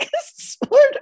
sport